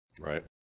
right